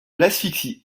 l’asphyxie